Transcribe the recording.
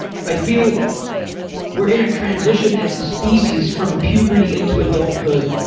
i feel we're in a transition as a species from puberty into adulthood,